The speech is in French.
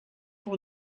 pour